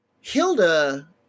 Hilda